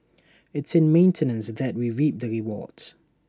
it's in maintenance that we reap rewards